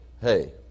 hey